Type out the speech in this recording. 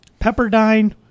Pepperdine